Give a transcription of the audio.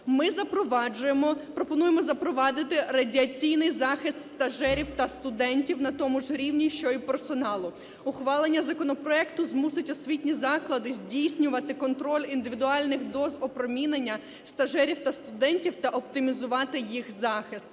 пропонуємо запровадити радіаційний захист стажерів та студентів на тому ж рівні, що й персоналу. Ухвалення законопроекту змусить освітні заклади здійснювати контроль індивідуальних доз опромінення стажерів та студентів та оптимізувати їх захист.